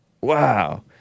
Wow